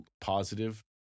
positive